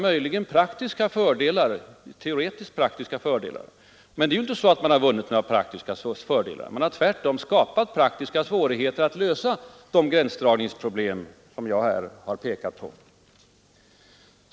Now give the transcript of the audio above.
Möjligen taktiska fördelar, men inte några praktiska fördelar. Man har tvärtom skapat praktiska svårigheter bl.a. då det gäller att lösa de gränsdragningsproblem som jag här har påpekat.